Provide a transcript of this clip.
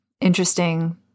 interesting